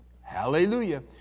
Hallelujah